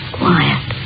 quiet